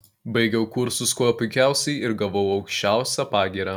baigiau kursus kuo puikiausiai ir gavau aukščiausią pagyrą